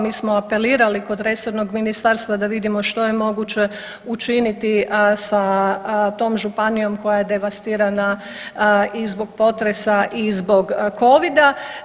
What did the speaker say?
Mi smo apelirali kod resornog ministarstva da vidimo što je moguće učiniti sa tom županijom koja je devastirana i zbog potresa i zbog covida.